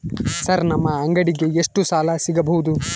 Sir ನಮ್ಮ ಅಂಗಡಿಗೆ ಎಷ್ಟು ಸಾಲ ಸಿಗಬಹುದು?